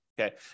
okay